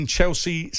Chelsea